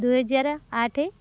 ଦୁଇ ହଜାର ଆଠ